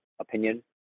opinion